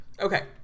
Okay